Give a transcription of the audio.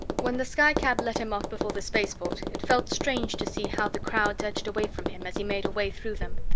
when the skycab let him off before the spaceport, it felt strange to see how the crowds edged away from him as he made a way through them.